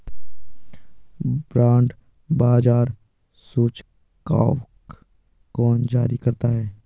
Bond बाजार सूचकांक कौन जारी करता है?